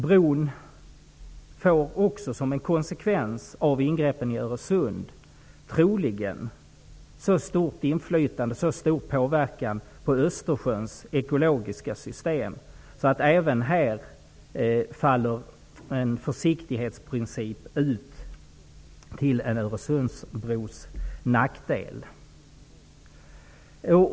Bron får också, som en konsekvens av ingreppen i Öresund, troligen så stor inverkan på Östersjöns ekologiska system att nackdelarna med en Öresundsbro enligt försiktighetsprincipen blir uppenbara.